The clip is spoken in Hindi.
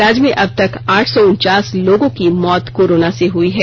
राज्य में अब तक आठ सौ उनचास लोगों की मौत कोरोना से हुई है